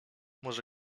może